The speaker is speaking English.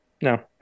no